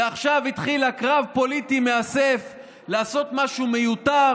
ועכשיו היא התחילה קרב פוליטי מאסף לעשות משהו מיותר,